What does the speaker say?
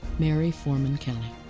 mary foreman kelly.